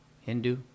Hindu